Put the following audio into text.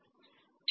ठीक है